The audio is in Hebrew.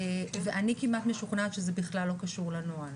ואני כמעט משוכנעת שזה בכלל לא קשור לנוהל.